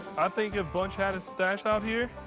i think if bunch had a stash out here,